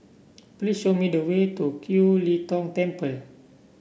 please show me the way to Kiew Lee Tong Temple